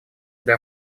для